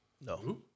No